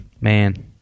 Man